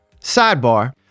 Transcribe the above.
Sidebar